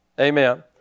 Amen